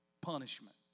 punishment